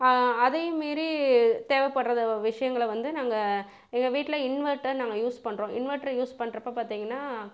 அதையும் மீறி தேவைப்படுற விஷயங்களை வந்து நாங்கள் எங்கள் வீட்டில் இன்வெட்டர் நாங்கள் யூஸ் பண்ணுறோம் இன்வெட்டர் யூஸ் பண்ணறப்ப பார்த்தீங்கனா